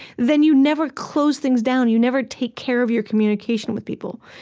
then you never close things down. you never take care of your communication with people.